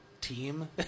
team